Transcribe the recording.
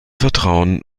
vertrauen